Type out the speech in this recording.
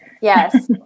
Yes